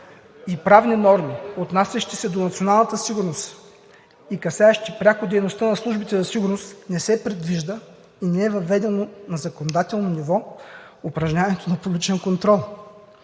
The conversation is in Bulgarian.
и правни норми, отнасящи се до националната сигурност и касаещи пряко дейността на службите за сигурност, не се предвижда и не е въведено на законодателно ниво упражняването на публичен контрол.